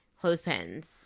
clothespins